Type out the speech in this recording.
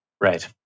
Right